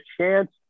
chance